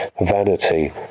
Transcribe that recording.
vanity